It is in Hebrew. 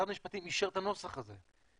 משרד המשפטים אישר את הנוסח הזה.